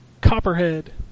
Copperhead